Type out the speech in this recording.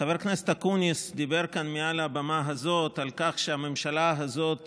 חבר הכנסת אקוניס דיבר כאן מעל הבמה הזאת על כך שהממשלה הזאת